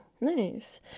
Nice